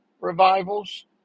revivals